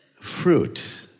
fruit